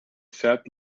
sat